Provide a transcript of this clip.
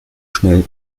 schnell